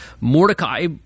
Mordecai